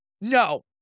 No